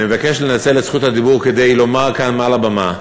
אני מבקש לנצל את זכות הדיבור כדי לומר כאן מעל הבמה,